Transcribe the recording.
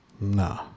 No